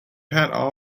patton